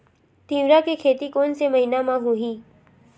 तीवरा के खेती कोन से महिना म होही?